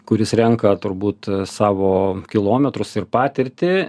kuris renka turbūt savo kilometrus ir patirtį